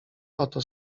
oto